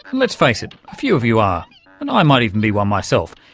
and let's face it, a few of you are, and i might even be one myself,